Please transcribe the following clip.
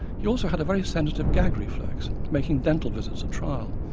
he also had a very sensitive gag reflex, making dental visits a trial,